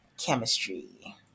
chemistry